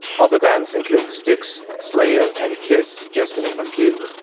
other bands include styx, slayer, and kiss, just to name a few.